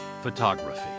photography